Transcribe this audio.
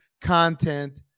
content